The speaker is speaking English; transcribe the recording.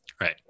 Right